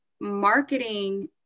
marketing